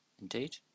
indeed